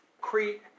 Crete